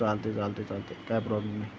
चालत आहे चालत आहे चालत आहे काय प्रॉब्लेम नाही